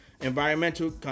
environmental